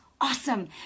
awesome